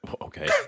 Okay